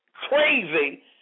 crazy